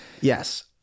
Yes